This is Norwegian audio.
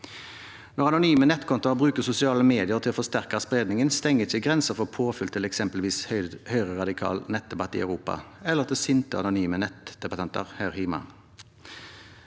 Når anonyme nettkontoer bruker sosiale medier til å forsterke spredningen, stenger ikke grensene for påfyll til eksempelvis høyreradikal nettdebatt i Europa eller sinte anonyme nettdebattanter her hjemme.